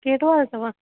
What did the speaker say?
कहिड़ो हाल अथव